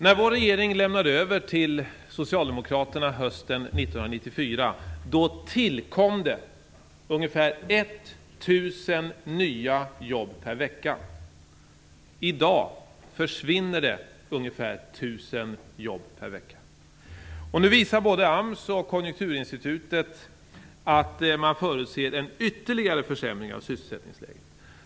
När vår regering lämnade över till socialdemokraterna hösten 1994 tillkom det ungefär 1 000 nya jobb per vecka. I dag försvinner ungefär 1 000 jobb per vecka. Och både AMS och Konjunkturinstitutet förutser nu en ytterligare försämring av sysselsättningsläget.